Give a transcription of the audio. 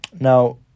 Now